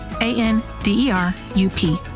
A-N-D-E-R-U-P